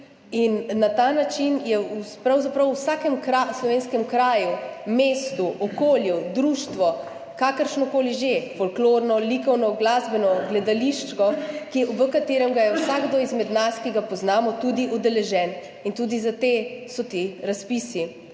in na ta način je pravzaprav v vsakem slovenskem kraju, mestu, okolju, društvu, kakršnokoli že, folklorno, likovno, glasbeno, gledališko, v katerem je vsakdo izmed nas, ki ga poznamo, tudi udeležen in tudi za te so ti razpisi.